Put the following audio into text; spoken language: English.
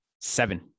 Seven